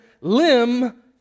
limb